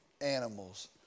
animals